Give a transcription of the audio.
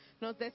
Nos